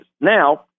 Now